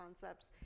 concepts